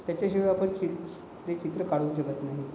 त्याच्याशिवाय आपण चि ते चित्र काढू शकत नाही